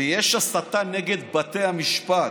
ויש הסתה נגד בתי המשפט,